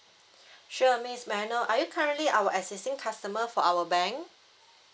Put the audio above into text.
sure miss may I know are you currently our existing customer for our bank